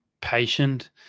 patient